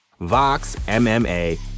VOXMMA